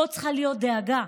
פה צריכה להיות דאגה,